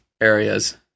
areas